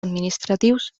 administratius